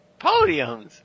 podiums